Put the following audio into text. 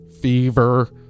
fever